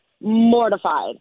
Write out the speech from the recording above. mortified